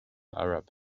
arab